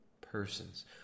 Persons